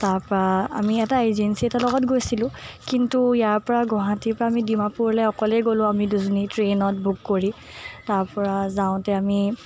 তাৰপৰা আমি এটা এজেঞ্চি এটাৰ লগত গৈছিলোঁ কিন্তু ইয়াৰ পৰা গুৱাহাটীৰ পৰা আমি ডিমাপুৰলৈ অকলেই গ'লোঁ আমি দুজনী ট্ৰেইনত বুক কৰি তাৰপৰা যাওঁতে আমি